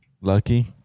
Lucky